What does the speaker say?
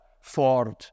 Ford